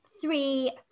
three